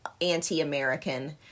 anti-American